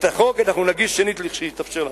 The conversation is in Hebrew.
את החוק אנחנו נגיש שנית כשיתאפשר לנו.